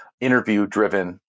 interview-driven